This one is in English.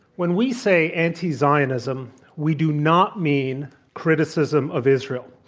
when we say anti-zionism, we do not mean criticism of israel.